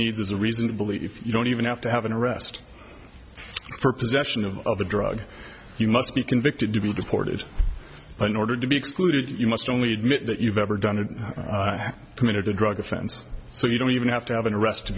needs is a reason to believe you don't even have to have an arrest for possession of of the drug you must be convicted to be deported but in order to be excluded you must only admit that you've ever done committed a drug offense so you don't even have to have an arrest to